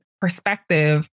perspective